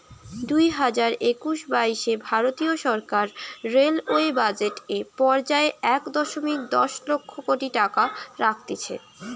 দুইহাজার একুশ বাইশে ভারতীয় সরকার রেলওয়ে বাজেট এ পর্যায়ে এক দশমিক দশ লক্ষ কোটি টাকা রাখতিছে